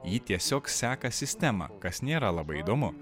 ji tiesiog seka sistemą kas nėra labai įdomu